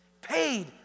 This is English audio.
Paid